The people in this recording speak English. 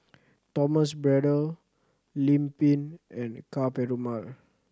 Thomas Braddell Lim Pin and Ka Perumal